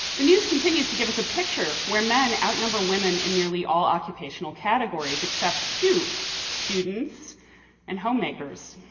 the news continues to give us a picture where men outnumber women in nearly all occupational categories, except two students and homemakers.